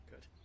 good